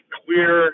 clear